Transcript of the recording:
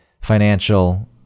financial